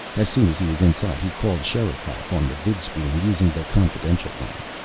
as soon as he was inside he called sherikov on the vidscreen, using the confidential line.